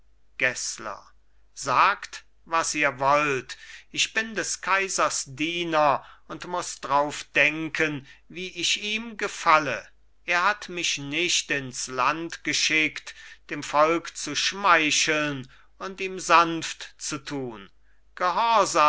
gessler sagt was ihr wollt ich bin des kaisers diener und muss drauf denken wie ich ihm gefalle er hat mich nicht ins land geschickt dem volk zu schmeicheln und ihm sanft zu tun